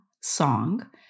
Song